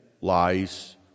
lies